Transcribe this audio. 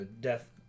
Death